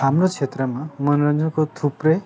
हाम्रो क्षेत्रमा मनोरञ्जनको थुप्रै